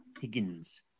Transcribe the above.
Higgins